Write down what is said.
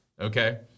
Okay